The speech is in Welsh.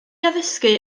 addysgu